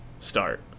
Start